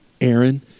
Aaron